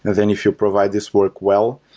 then if you provide this work well,